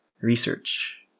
research